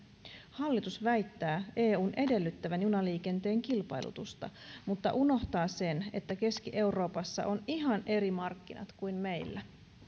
hallitus väittää eun edellyttävän junaliikenteen kilpailutusta mutta unohtaa sen että keski euroopassa on ihan eri markkinat kuin meillä